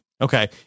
Okay